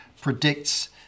predicts